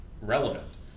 relevant